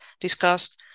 discussed